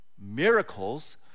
Miracles